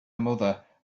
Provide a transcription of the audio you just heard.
mother